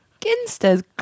Ginsters